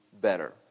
better